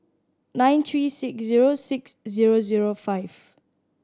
nine three six zero six zero zero five